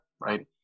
right